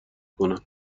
کنم